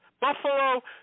Buffalo